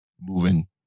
moving